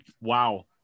Wow